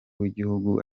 w’igihugu